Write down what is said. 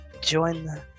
join